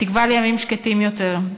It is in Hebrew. בתקווה לימים שקטים יותר.